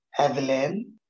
Evelyn